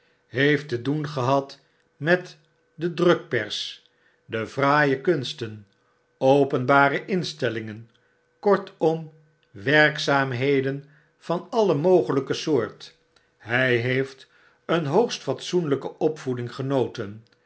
heeft te doen gehad met de drukpers de fraaie kunsten openbare instellingen kortom werkzaamheden van alle mogelijke soort hy heeft een hoogst fatsoenlijke opvbeding genoten